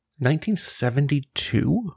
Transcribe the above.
1972